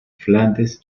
flandes